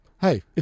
Hey